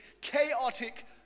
chaotic